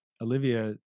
Olivia